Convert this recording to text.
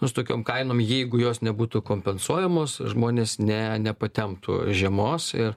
nu su tokiom kainom jeigu jos nebūtų kompensuojamos žmonės ne nepatemptų žiemos ir